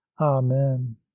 amen